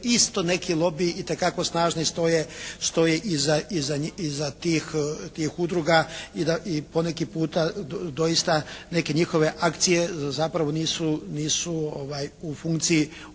isto neki lobiji itekako snažno stoje iza tih udruga i poneki puta doista neke njihove akcije zapravo nisu u funkciji